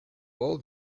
all